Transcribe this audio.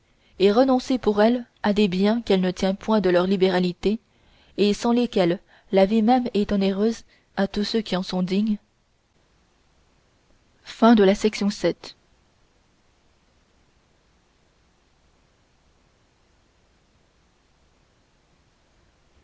et renoncer pour elle à des biens qu'elle ne tient point de leur libéralité et sans lesquels la vie même est onéreuse à tous ceux qui en sont dignes